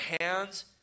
hands